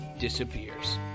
disappears